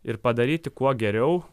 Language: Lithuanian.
ir padaryti kuo geriau